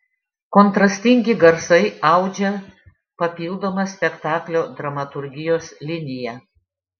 kontrastingi garsai audžia papildomą spektaklio dramaturgijos liniją